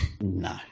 No